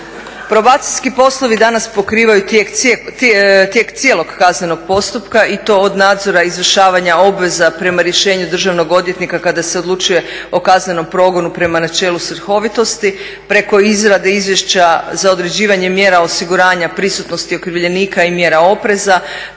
Probacijski poslovi danas pokrivaju tijek cijelog kaznenog postupka i to od nadzora izvršavanja obveza prema rješenju državnog odvjetnika kada se odlučuje o kaznenom progonu prema načelu svrhovitosti, preko izrade izvješća za određivanje mjera osiguranja prisutnosti okrivljenika i mjera opreza,